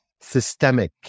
systemic